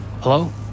Hello